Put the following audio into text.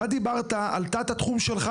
אתה דיברת על תת-התחום שלך,